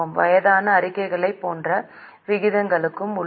வயதான அறிக்கைகள் போன்ற விகிதங்களும் உள்ளன